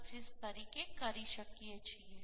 25 તરીકે કરી શકીએ છીએ